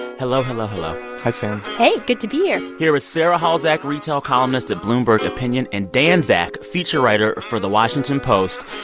hello, hello, hello hi, sam hey, good to be here here with sarah halzack, retail columnist at bloomberg opinion, and dan zak, feature writer for the washington post.